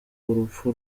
urupfu